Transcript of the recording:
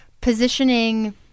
positioning